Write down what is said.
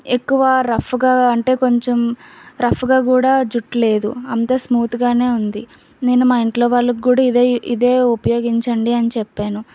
ఎక్కువ రఫ్గా అంటే కొంచెం రఫ్గా కూడా జుట్టు లేదు అంత స్మూత్ గానే ఉంది నేను మా ఇంట్లో వాళ్లకు కూడా ఇది ఉపయోగించండి అని చెప్పాను